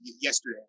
yesterday